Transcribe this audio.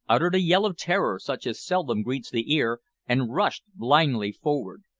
uttered a yell of terror such as seldom greets the ear, and rushed blindly forward.